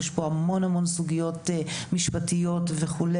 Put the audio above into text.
יש פה המון המון סוגיות משפטיות וכו'.